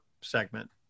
segment